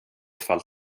fall